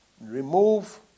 remove